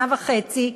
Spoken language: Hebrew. שנה וחצי,